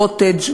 קוטג',